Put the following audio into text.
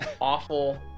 awful